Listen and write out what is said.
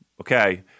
okay –